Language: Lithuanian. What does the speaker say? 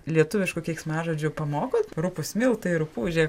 lietuviškų keiksmažodžių pamokot rupūs miltai rupūžė